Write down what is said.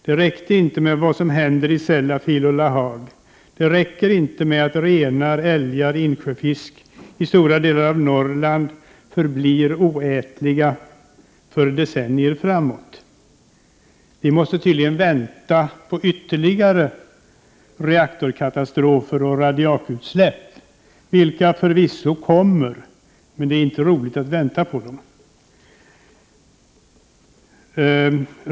Det räckte inte med vad som händer i Sellafield och La Hague. Det räcker inte med att renar, älgar och insjöfisk i stora delar av Norrland förblir oätliga för decennier framåt. Vi måste tydligen vänta på ytterligare reaktorkatastrofer och radiakutsläpp, vilka förvisso kommer, men det är inte roligt att vänta på dem.